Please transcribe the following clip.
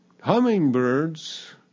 hummingbirds